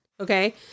okay